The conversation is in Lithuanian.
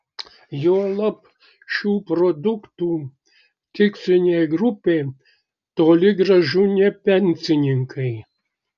juolab šių produktų tikslinė grupė toli gražu ne pensininkai